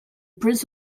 prince